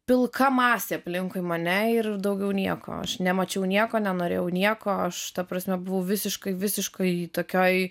pilka masė aplinkui mane ir daugiau nieko aš nemačiau nieko nenorėjau nieko aš ta prasme buvau visiškai visiškai tokioj